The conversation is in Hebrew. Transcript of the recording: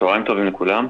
צוהרים טובים לכולם.